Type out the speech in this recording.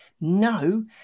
no